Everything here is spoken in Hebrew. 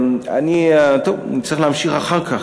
ואני, טוב, נצטרך להמשיך אחר כך.